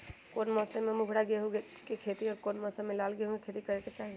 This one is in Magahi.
कौन मौसम में भूरा गेहूं के खेती और कौन मौसम मे लाल गेंहू के खेती करे के चाहि?